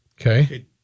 Okay